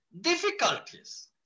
difficulties